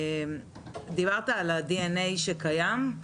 דיברת על ה-DNA שקיים.